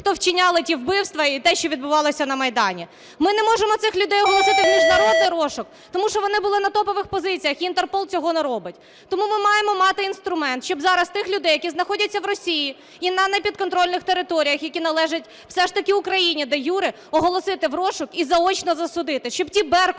хто вчиняли ті вбивства і те, що відбувалося на Майдані. Ми не можемо цих людей оголосити в міжнародний розшук, тому що вони були на топових позиціях, і Інтерпол цього не робить. Тому ми маємо мати інструмент, щоб зараз тих людей, які знаходяться в Росії і на непідконтрольних територіях, які належать все ж таки Україні де-юре, оголосити в розшук і заочно засудити, щоб ті "беркути",